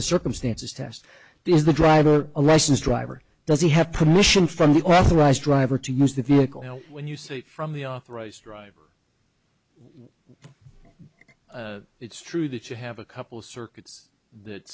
the circumstances test is the driver a lessons driver does he have permission from the authorized driver to use the vehicle when you say from the authorized driver it's true that you have a couple of circuits that